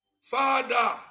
Father